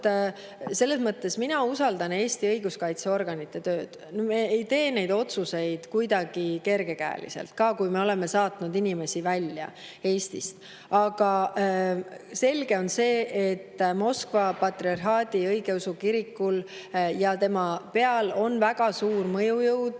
öelnud. Ausalt, mina usaldan Eesti õiguskaitseorganite tööd. Me ei ole teinud neid otsuseid kuidagi kergekäeliselt, kui me oleme saatnud inimesi Eestist välja. Selge on see, et Moskva Patriarhaadi Eesti Õigeusu Kirikul ja tema peal on väga suur mõjujõud